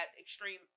extreme